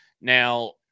Now